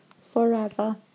forever